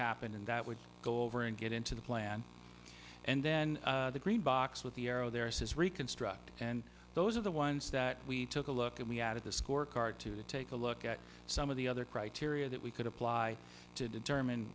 happen and that would go over and get into the plan and then the green box with the arrow there says reconstruct and those are the ones that we took a look and we added the scorecard to take a look at some of the other criteria that we could apply to determine